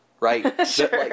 Right